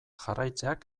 jarraitzeak